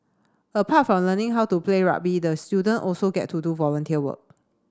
apart from learning how to play rugby the student also get to do volunteer work